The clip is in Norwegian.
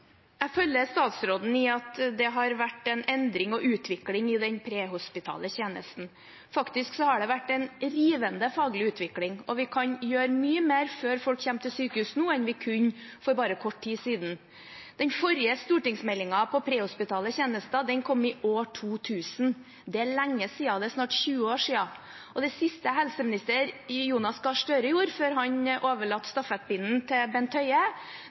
Jeg følger statsråden i at det har vært en endring og utvikling i den prehospitale tjenesten. Faktisk har det vært en rivende faglig utvikling, og vi kan gjøre mye mer før folk kommer til sykehus nå, enn vi kunne for bare kort tid siden. Den forrige stortingsmeldingen om prehospitale tjenester kom i år 2000. Det er lenge siden, det er snart 20 år siden. Det siste helseminister Jonas Gahr Støre gjorde før han overlot stafettpinnen til Bent Høie,